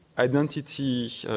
identities ah.